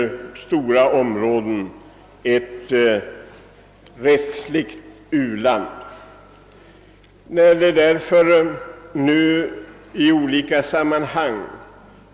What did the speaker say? På stora områden är vi trots allt ett rättsligt u-land.